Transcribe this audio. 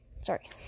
sorry